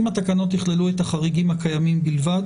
אם התקנות יכללו את החריגים הקיימים בלבד